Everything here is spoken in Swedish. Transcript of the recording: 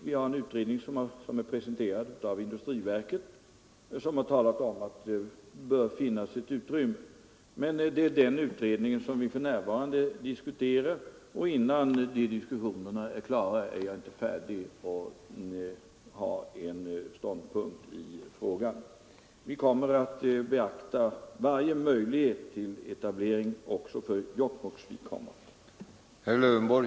Vi har en utredning som är presenterad av industriverket och som har talat om att det bör finnas ett utrymme. Det är den utredningen som vi för närvarande diskuterar, och innan de diskussionerna är klara är jag inte beredd att ha en ståndpunkt i frågan. Vi kommer emellertid att beakta varje möjlighet till etablering också för Jokkmokks vidkommande.